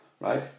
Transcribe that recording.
right